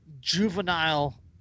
juvenile